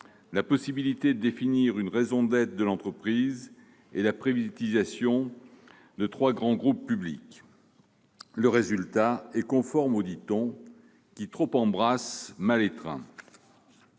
la possibilité de définir la raison d'être d'une entreprise et la privatisation de trois grands groupes publics ? Le résultat donne raison au dicton : qui trop embrasse mal étreint.